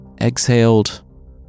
Exhaled